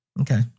Okay